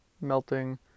melting